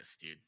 dude